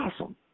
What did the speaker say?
awesome